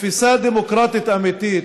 דמוקרטית אמיתית,